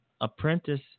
apprentice